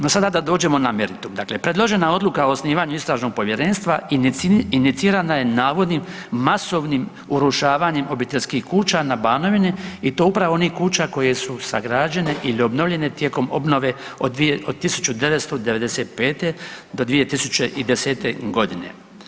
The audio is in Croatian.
No sada da dođemo na meritum, dakle predložena Odluka o osnivanju istražnog povjerenstva inicirana je navodnim masovnim urušavanjem obiteljskih kuća na Banovini i to upravo onih kuća koje su sagrađene ili obnovljene tijekom obnove od 1995. do 2010. godine.